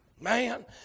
Man